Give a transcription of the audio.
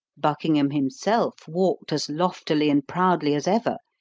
buckingham himself walked as loftily and proudly as ever.